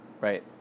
Right